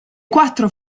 quattro